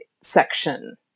section